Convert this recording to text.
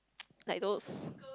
like those